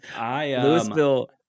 Louisville